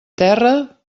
terra